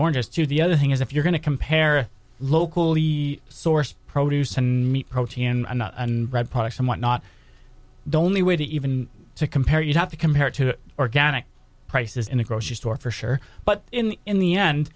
oranges to the other thing is if you're going to compare locally sourced produce and meat protein in red products and whatnot don't wait even to compare you have to compare it to organic prices in the grocery store for sure but in the end